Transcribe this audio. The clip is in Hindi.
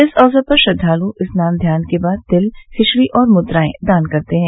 इस अवसर पर श्रद्वालु स्नान ध्यान के बाद तिल खिचड़ी और मुद्राए दान करते हैं